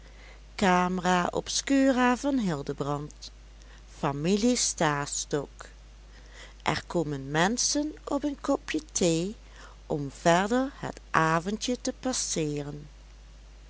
stastok er komen menschen op een kopje thee om verder het avondje te passeeren